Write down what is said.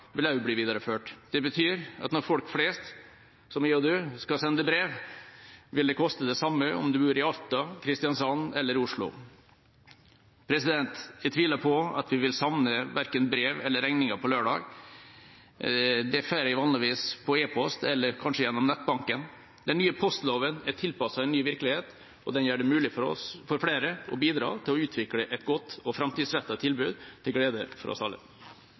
vil også bli videreført. Det betyr at når folk flest – som jeg og du – skal sende brev, vil det koste det samme om en bor i Alta, i Kristiansand eller i Oslo. Jeg tviler på at vi vil savne brev eller regninger på lørdag. Det får jeg vanligvis på e-post eller kanskje gjennom nettbanken. Den nye postloven er tilpasset en ny virkelighet. Den gjør det mulig for flere å bidra til å utvikle et godt og framtidsrettet tilbud, til glede for oss alle.